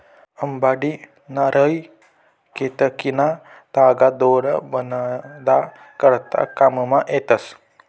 अंबाडी, नारय, केतकीना तागा दोर बनाडा करता काममा येतस